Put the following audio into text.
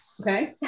okay